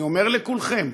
אני אומר לכולכם: